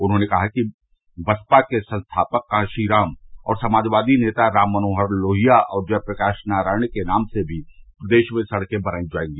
उन्होंने कहा कि बसपा के संस्थापक कांशीराम और समाजवादी नेता राम मनोहर लोहिया और जय प्रकाश नारायण के नाम से भी प्रदेश में सड़कें बनाई जायेंगी